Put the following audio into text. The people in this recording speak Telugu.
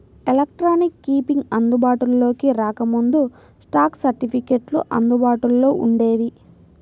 ఎలక్ట్రానిక్ కీపింగ్ అందుబాటులోకి రాకముందు, స్టాక్ సర్టిఫికెట్లు అందుబాటులో వుండేవి